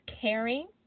caring